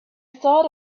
thought